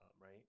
right